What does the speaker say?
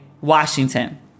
Washington